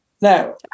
Now